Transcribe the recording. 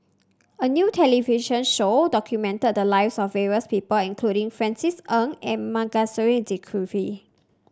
a new television show documented the lives of various people including Francis Ng and Masagos Zulkifli